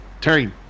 Terry